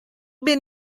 bin